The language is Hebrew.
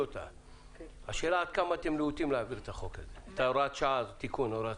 עד כמה אתם להוטים להעביר את הוראת השעה הזו.